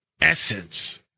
Essence